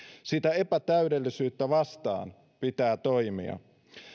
sitä epätäydellisyyttä vastaan pitää toimia